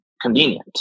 convenient